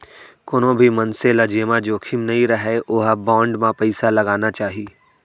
कोनो भी मनसे ल जेमा जोखिम नइ रहय ओइ बांड म पइसा लगाना चाही